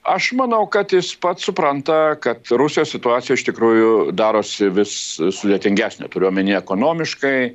aš manau kad jis pats supranta kad rusijos situacija iš tikrųjų darosi vis sudėtingesnė turiu omenyje ekonomiškai